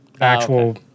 actual